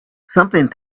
something